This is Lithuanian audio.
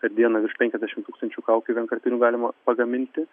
per dieną virš penkiasdešimt tūkstančių kaukių vienkartinių galima pagaminti